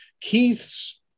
Keith's